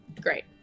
Great